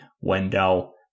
Wendell